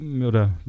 oder